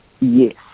Yes